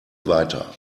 weiter